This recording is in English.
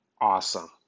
awesome